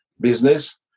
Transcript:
business